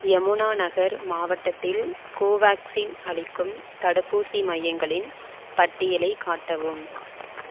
யமுனாநகர் மாவட்டத்தில் கோவேக்சின் அளிக்கும் தடுப்பூசி மையங்களின் பட்டியலைக் காட்டவும்